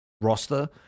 roster